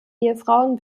ehefrauen